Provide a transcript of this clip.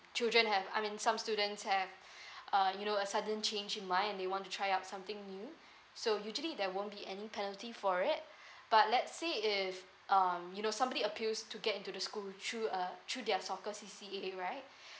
children have I mean some students have uh you know a sudden change in mind and they want to try out something new so usually there won't be any penalty for it but let say if um you know somebody appeals to get into the school through a through their soccer C_C_A right